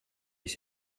ich